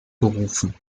berufen